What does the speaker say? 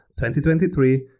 2023